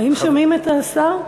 האם שומעים את השר?